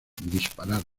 dispararle